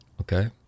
Okay